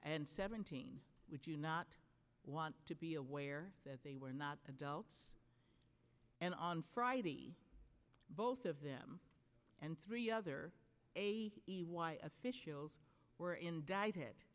and seventeen would you not want to be aware that they were not adults and on friday both of them and three other officials were indicted